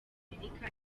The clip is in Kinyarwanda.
amerika